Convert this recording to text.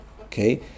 Okay